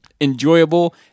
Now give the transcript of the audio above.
enjoyable